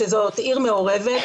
שזאת עיר מעורבת,